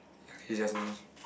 okay just me